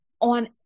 on